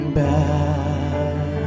back